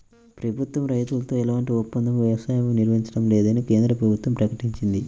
ప్రభుత్వం రైతులతో ఎలాంటి ఒప్పంద వ్యవసాయమూ నిర్వహించడం లేదని కేంద్ర ప్రభుత్వం ప్రకటించింది